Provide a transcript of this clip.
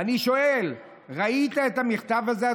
ואני שואל: ראית את המכתב הזה,